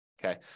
Okay